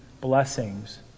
blessings